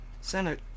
senate